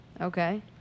Okay